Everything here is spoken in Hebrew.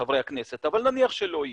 חברי הכנסת, אבל נניח שלא יהיו,